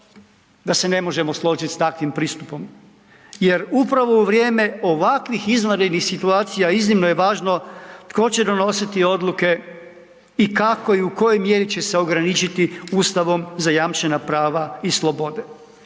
da se ne možemo složiti s takvim pristupom jer upravo u vrijeme ovakvih izvanrednih situacija iznimno je važno tko će donositi odluke i kako i u kojoj mjeri će se ograničiti Ustavom zajamčena prava i slobode.